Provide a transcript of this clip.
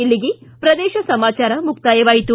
ಇಲ್ಲಿಗೆ ಪ್ರದೇಶ ಸಮಾಚಾರ ಮುಕ್ತಾಯವಾಯಿತು